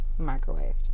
microwaved